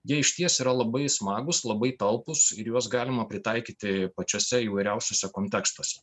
jie išties yra labai smagūs labai talpūs ir juos galima pritaikyti pačiuose įvairiausiuose kontekstuose